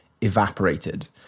evaporated